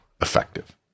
effective